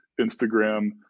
Instagram